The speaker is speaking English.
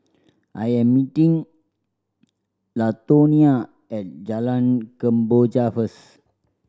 I am meeting Latonia at Jalan Kemboja first